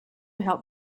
helped